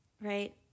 right